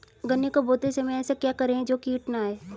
गन्ने को बोते समय ऐसा क्या करें जो कीट न आयें?